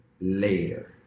later